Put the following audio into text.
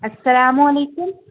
السلام علیکم